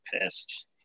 pissed